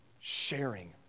sharing